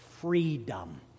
freedom